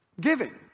giving